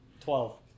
Twelve